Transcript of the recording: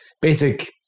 basic